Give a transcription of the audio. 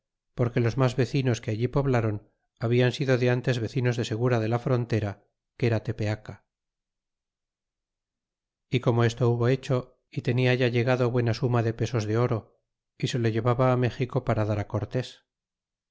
porque los mas vecinbs que allí poblron habian sido de antes vecinos de segura de la frontera que era tepeaca y como esto estuvo hecho y tenia ya llegado buena suma de rilesos de oro y se lo llevaba á méxico para dar á cortés